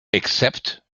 except